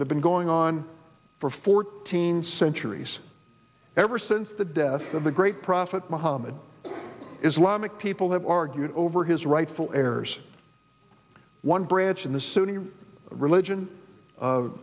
that have been going on for fourteen centuries ever since the death of the great prophet muhammad islamic people have argued over his rightful heirs one branch in the sunni religion